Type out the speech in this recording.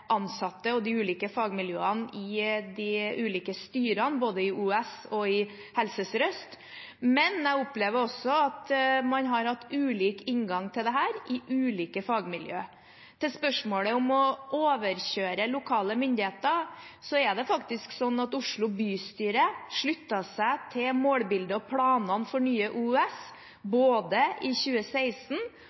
ansatte og de ulike fagmiljøene i de ulike styrene, både i OUS og i Helse Sør-Øst. Men jeg opplever også at man har hatt ulik inngang til dette i ulike fagmiljøer. Til spørsmålet om å overkjøre lokale myndigheter er det faktisk sånn at Oslo bystyre sluttet seg til målbildet og planene for Nye OUS både i 2016